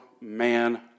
man